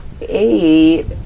eight